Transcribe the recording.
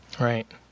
right